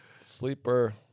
Sleeper